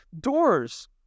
doors